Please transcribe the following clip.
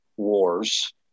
wars